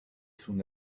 soon